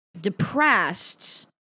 depressed